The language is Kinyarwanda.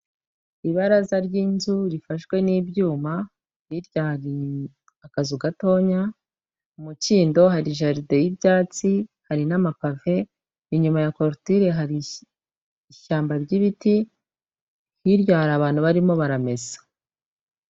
Ibaraza ry'inzu rifashwe n'ibyuma hirya hari akazu gatoya, umukindo, hari jaride y'ibyatsi, hari n'amapave, inyuma ya korutire hari ishyamba ry'ibiti, hirya hari abantu barimo baramesa.